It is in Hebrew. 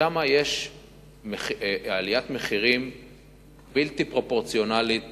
שם יש עליית מחירים בלתי פרופורציונלית